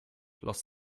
los